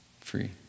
free